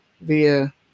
via